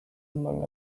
among